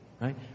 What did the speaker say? right